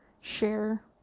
share